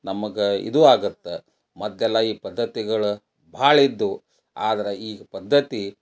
ನಮಗೆ ಇದು ಆಗತ್ತೆ ಮೊದ್ಲೆಲ್ಲ ಈ ಪದ್ಧತಿಗಳು ಭಾಳ ಇದ್ದವು ಆದ್ರೆ ಈಗ ಪದ್ಧತಿ